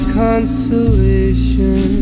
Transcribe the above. consolation